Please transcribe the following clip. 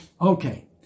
Okay